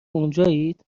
اونجایید